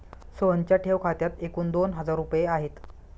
सोहनच्या ठेव खात्यात एकूण दोन हजार रुपये आहेत